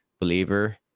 believer